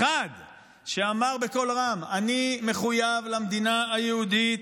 אחד שאמר בקול רם: אני מחויב למדינה היהודית.